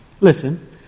Listen